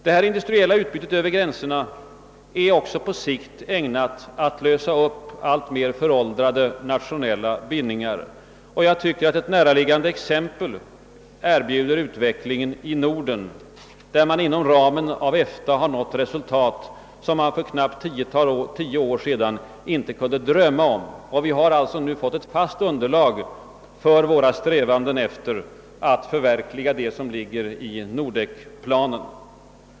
Detta industriella utbyte över gränserna är på sikt ägnat att också lösa upp alltmer föråldrade nationella bindningar. Ett näraliggande exempel erbjuder utvecklingen i Norden, där man inom ramen av EFTA har nått resultat som man för knappt tio år sedan inte kunde drömma om. Vi har alltså nu fått ett fast underlag för våra strävanden att förverkliga det som ligger i Nordekplanen.